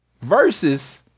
Versus